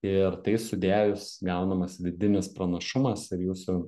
ir tai sudėjus gaunamas vidinis pranašumas ir jūsų